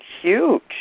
huge